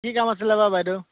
কি কাম আছিলে বা বাইদউ